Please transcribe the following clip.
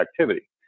activity